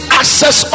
access